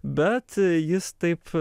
bet jis taip